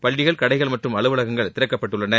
பள்ளிகள் கடைகள் மற்றும் அலுவலகங்கள் திறக்கப்பட்டுள்ளன